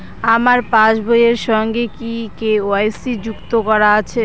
আমার পাসবই এর সঙ্গে কি কে.ওয়াই.সি যুক্ত করা আছে?